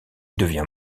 devient